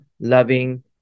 loving